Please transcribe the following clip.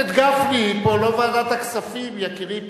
חבר הכנסת גפני, פה לא ועדת הכספים, יקירי.